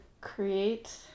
create